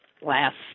last